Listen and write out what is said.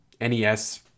NES